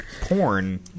porn